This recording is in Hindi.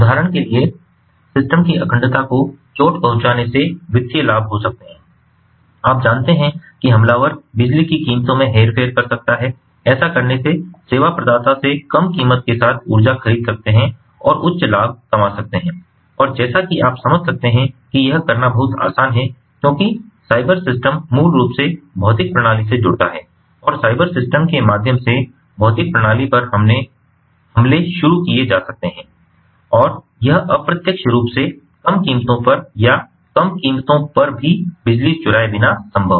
उदाहरण के लिए सिस्टम की अखंडता को चोट पहुंचाने से वित्तीय लाभ हो सकते हैं आप जानते हैं कि हमलावर बिजली की कीमतों में हेरफेर कर सकता है ऐसा करने से सेवा प्रदाता से कम कीमत के साथ ऊर्जा खरीद सकते हैं और उच्च लाभ कमा सकते हैं और जैसा कि आप समझ सकते हैं कि यह करना बहुत आसान है क्योंकि साइबर सिस्टम मूल रूप से भौतिक प्रणाली से जुड़ता है और साइबर सिस्टम के माध्यम से भौतिक प्रणाली पर हमले शुरू किए जा सकते हैं और यह अप्रत्यक्ष रूप से कम कीमतों पर या कम कीमतों पर भी बिजली चुराए बिना संभव है